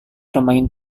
bermain